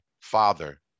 father